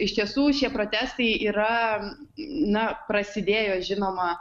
iš tiesų šie protestai yra na prasidėjo žinoma